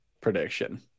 prediction